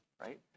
right